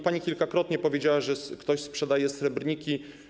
Pani kilkakrotnie powiedziała, że ktoś sprzedaje srebrniki.